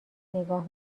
نگاه